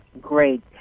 Great